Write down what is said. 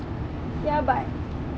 ya but